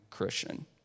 Christian